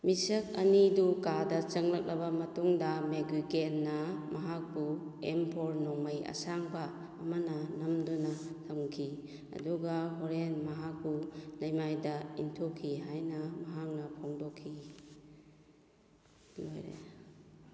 ꯃꯤꯁꯀ ꯑꯅꯤꯗꯨ ꯀꯥꯗ ꯆꯪꯂꯛꯂꯕ ꯃꯇꯨꯡꯗ ꯃꯦꯛꯒꯨꯏꯀꯦꯟꯅ ꯃꯍꯥꯛꯄꯨ ꯑꯦꯝ ꯐꯣꯔ ꯅꯣꯡꯃꯩ ꯑꯁꯥꯡꯕ ꯑꯃꯅ ꯅꯝꯗꯨꯅ ꯊꯝꯈꯤ ꯑꯗꯨꯒ ꯍꯣꯔꯦꯟ ꯃꯍꯥꯛꯄꯨ ꯂꯩꯃꯥꯏꯗ ꯏꯟꯊꯨꯈꯤ ꯍꯥꯏꯅ ꯃꯍꯥꯛꯅ ꯐꯣꯡꯗꯣꯛꯈꯤ ꯂꯣꯏꯔꯦ